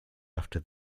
after